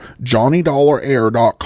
johnnydollarair.com